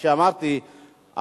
כפי שאמרתי,